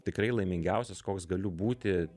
tikrai laimingiausias koks galiu būti